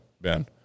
Ben